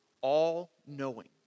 all-knowing